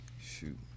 shoot